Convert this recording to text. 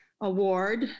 award